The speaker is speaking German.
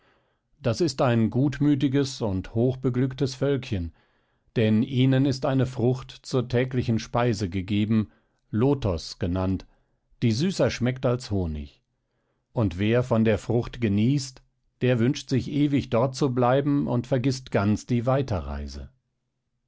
das ist ein gutmütiges und hochbeglücktes völkchen denn ihnen ist eine frucht zur täglichen speise gegeben lotos genannt die süßer schmeckt als honig und wer von der frucht genießt der wünscht sich ewig dort zu bleiben und vergißt ganz die weiterreise